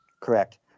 Correct